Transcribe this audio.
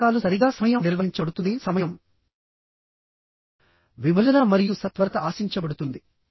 నియామకాలు సరిగ్గా సమయం నిర్వహించబడుతుంది సమయం విభజన మరియు సత్వరత ఆశించబడుతుంది